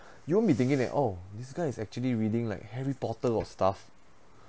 you won't be thinking that oh this guy is actually reading like harry potter or stuff